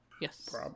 Yes